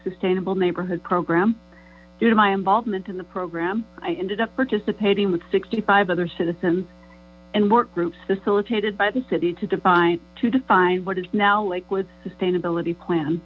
sustainable neighborhood program due to my involvement in the program i ended up participating with sixty five other citizens and work groups facilitated by the city to define to define what is now like with sustainability plan